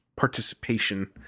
participation